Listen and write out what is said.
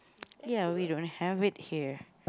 ya we don't have it here